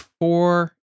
four